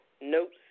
notes